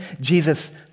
Jesus